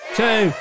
two